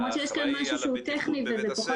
למרות שיש כאן משהו שהוא טכני וזה פחות